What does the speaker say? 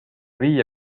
viie